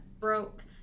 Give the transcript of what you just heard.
broke